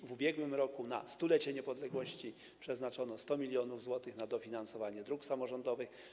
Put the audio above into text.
W ubiegłym roku, na 100-lecie niepodległości, przeznaczono 100 mln zł na dofinansowanie dróg samorządowych.